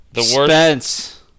Spence